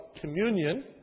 communion